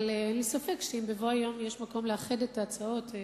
אבל אין לי ספק שאם בבוא היום יהיה מקום לאחד את ההצעות,